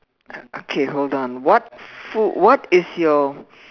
okay hold on what food what is your